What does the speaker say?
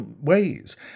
ways